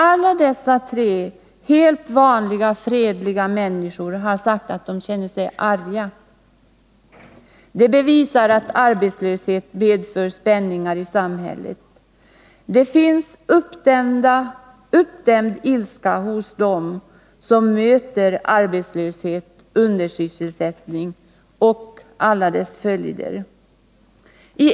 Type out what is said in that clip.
Alla dessa tre helt vanliga fredliga människor har sagt att de är arga. Det bevisar att arbetslöshet medför spänningar i samhället. Det finns en uppdämd ilska hos dem som möter arbetslöshet, undersysselsättning och alla följder härav.